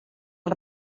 els